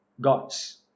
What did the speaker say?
God's